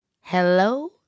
Hello